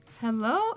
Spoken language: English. Hello